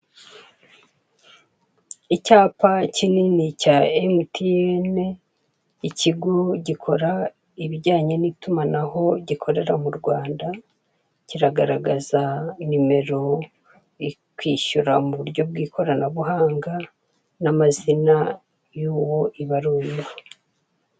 Icyapa kinini cya emutiyene, ikigo gikora ibijyanye n'itumanaho gikorera mu Rwanda, kiragaragaza nimero ikwishyura mu buryo bw'ikoranabuhanga n'amazina y'uwo ibaruyeho.